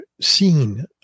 seen